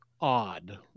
odd